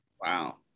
Wow